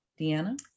Deanna